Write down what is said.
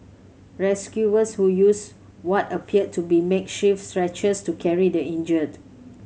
rescuers who used what appeared to be makeshift stretchers to carry the injured